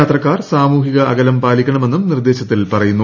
യാത്രക്ക്യിർ സാമൂഹിക അകലം പാലിക്കണമെന്നും നിർദ്ദേശത്തിൽ പുറിയ്ടുന്നു